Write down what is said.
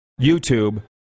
YouTube